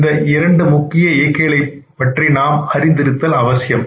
இந்த இரண்டு முக்கிய இயக்கிகளைப் பற்றி நாம் அறிந்திருத்தல் அவசியம்